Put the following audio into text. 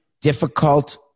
difficult